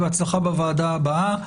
בהצלחה בוועדה הבאה.